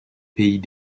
pays